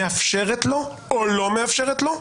מאפשרת לו או לא מאפשרת לו,